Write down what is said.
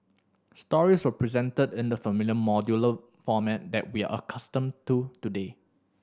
stories were presented in the familiar modular format that we are accustomed to today